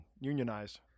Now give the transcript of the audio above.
unionized